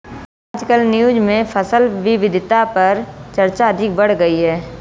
आजकल न्यूज़ में फसल विविधता पर चर्चा अधिक बढ़ गयी है